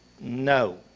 No